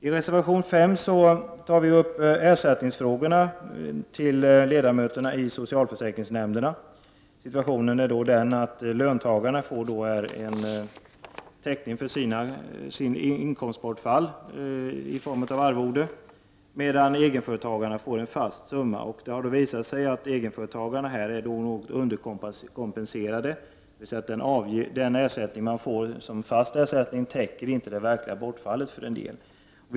I reservation 5 tar vi upp frågan om ersättning till ledamöterna i socialförsäkringsnämnderna. Situationen är den att löntagare får täckning för sitt inkomstbortfall i form av arvode, medan egenföretagare får en fast summa. Det har visat sig att egenföretagarna är något underkompenserade, dvs. att den ersättning som de får som fast ersättning inte täcker det verkliga inkomstbortfallet.